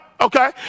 Okay